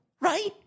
right